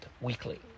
weekly